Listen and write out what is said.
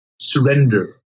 surrender